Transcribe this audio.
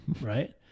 right